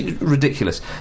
Ridiculous